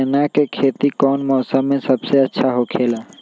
चाना के खेती कौन मौसम में सबसे अच्छा होखेला?